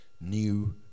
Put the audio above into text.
new